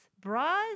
bras